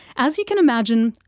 as you can imagine,